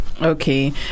Okay